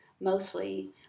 mostly